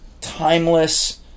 timeless